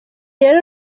rero